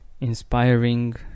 inspiring